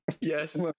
yes